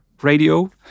Radio